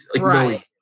Right